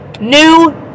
New